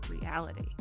reality